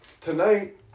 Tonight